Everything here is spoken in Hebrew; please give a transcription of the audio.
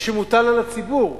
שמוטל על הציבור?